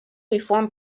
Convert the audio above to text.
reform